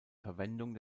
verwendung